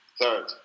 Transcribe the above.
Third